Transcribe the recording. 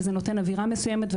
וזה נותן אווירה מסוימת,